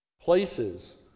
places